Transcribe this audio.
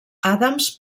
adams